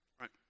right